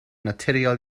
naturiol